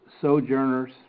sojourners